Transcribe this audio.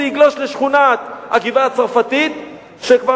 זה יגלוש לשכונת הגבעה-הצרפתית שכבר